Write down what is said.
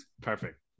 perfect